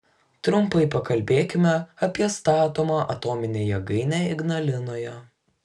trumpai pakalbėkime apie statomą atominę jėgainę ignalinoje